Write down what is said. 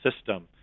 system